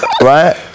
right